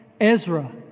Ezra